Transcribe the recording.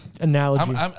analogy